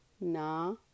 na